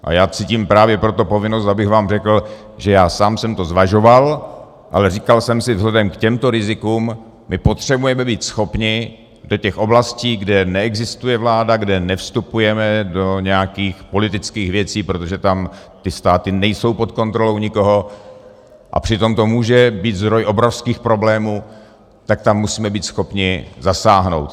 A já cítím právě proto povinnost, abych vám řekl, že já sám jsem to zvažoval, ale říkal jsem si, že vzhledem k těmto rizikům potřebujeme být schopni do těch oblastí, kde neexistuje vláda, kde nevstupujeme do nějakých politických věcí, protože ty státy nejsou pod kontrolou nikoho, a přitom to může být zdroj obrovských problémů, tak tam musíme být schopni zasáhnout.